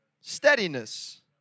Steadiness